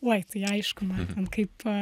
oi tai aišku man kaip